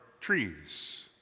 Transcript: trees